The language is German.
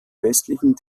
westlichen